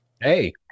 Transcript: hey